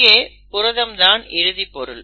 இங்கே புரதம் தான் இறுதிப்பொருள்